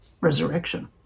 resurrection